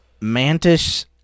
mantis